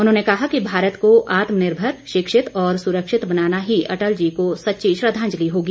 उन्होंने कहा कि भारत को आत्मनिर्भर शिक्षित और सुरक्षित बनाना ही अटल जी को सच्ची श्रद्धांजलि होगी